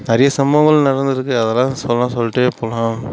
நிறைய சம்பவங்கள் நடந்துருக்குது அதலான் சொன்னால் சொல்லிட்டே போகலாம்